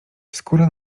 skóra